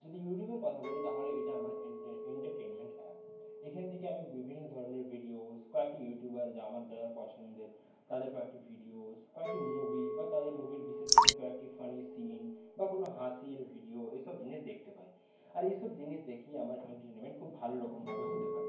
যদি ইউটিউবের কথা বলি তাহলে এটা আমার এন্টার এন্টারটেনমেন্ট অ্যাপ এখান থেকে আমি বিভিন্নধরণের ভিডিওজ কয়েকটি ইউটিউবার যা আমার যা যা পছন্দের তাদের কয়েকটি ভিডিওজ কয়েকটি মুভি বা তাদের মুভির বিশেষ বিশেষ কয়েকটি ফানি সিন বা কোনো হাসির ভিডিও এসব জিনিস দেখতে পাই আর এইসব জিনিস দেখেই আমার এন্টারটেনমেন্ট খুব ভালোরকমভাবে হতে পারে